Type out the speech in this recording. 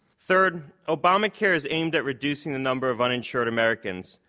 third, obamacare is aimed at reducing the number of uninsured americans,